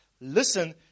Listen